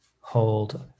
hold